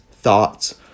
thoughts